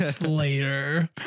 later